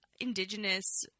indigenous